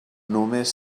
només